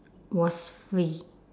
was free